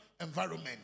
environment